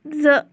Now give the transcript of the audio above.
زٕ